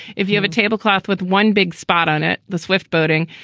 if you have a tablecloth with one big spot on it, the swift-boating,